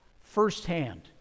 firsthand